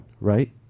right